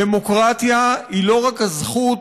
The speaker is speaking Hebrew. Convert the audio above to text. דמוקרטיה היא לא רק הזכות,